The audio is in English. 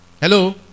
Hello